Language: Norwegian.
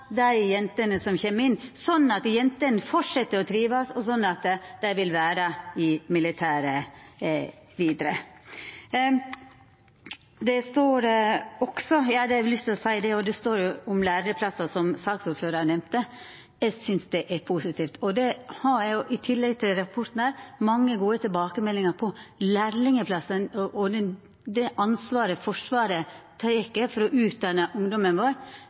som kjem inn, sånn at jentene fortset å trivast, og sånn at dei vil vera i militæret vidare? Eg har òg lyst til å seia: Det står om læreplassar, som saksordførar nemnde. Eg synest det er positivt, og det har eg – i tillegg til rapporten her – mange gode tilbakemeldingar på. Lærlingplassane og det ansvaret Forsvaret tek for å utdanna ungdomen vår,